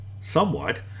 somewhat